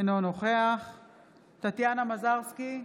אינו נוכח טטיאנה מזרסקי,